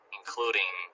including